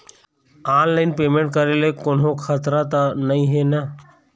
Online payment करे ले कोन्हो खतरा त नई हे न?